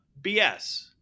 BS